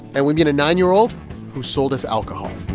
and we meet a nine year old who sold us alcohol